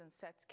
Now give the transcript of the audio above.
sets